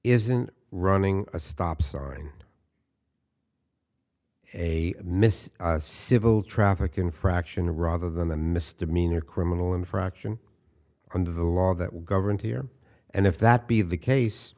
isn't running a stop sign a missed civil traffic infraction rather than a misdemeanor criminal infraction under the law that would govern here and if that be the case